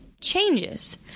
changes